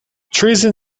treason